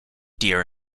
deer